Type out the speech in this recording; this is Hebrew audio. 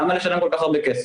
למה לשלם כל כך הרבה כסף?